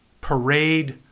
parade